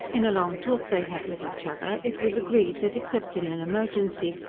in a long talk they had with each other, it was agreed that, except in an emergency,